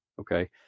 okay